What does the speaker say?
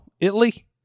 Italy